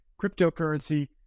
cryptocurrency